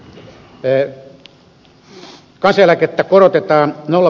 toisena asiana otan eläkkeet